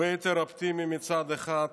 הרבה יותר אופטימי מצד אחד,